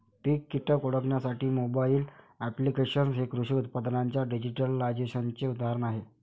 पीक कीटक ओळखण्यासाठी mobile applications हे कृषी उत्पादनांच्या डिजिटलायझेशनचे उदाहरण आहे